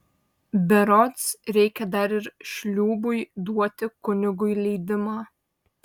berods reikia dar ir šliūbui duoti kunigui leidimą